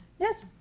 Yes